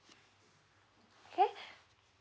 okay